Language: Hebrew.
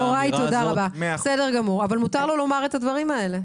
מותר לו לומר את הדברים האלה.